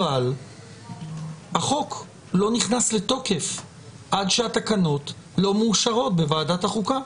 אבל החוק לא נכנס לתוקף עד שהתקנות לא מאושרות בוועדת החוקה.